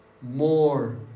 more